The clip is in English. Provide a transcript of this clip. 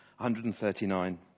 139